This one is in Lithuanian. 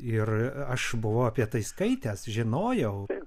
ir aš buvau apie tai skaitęs žinojau